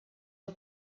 was